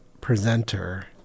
presenter